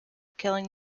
killing